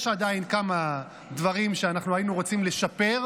יש עדיין כמה דברים שאנחנו היינו רוצים לשפר,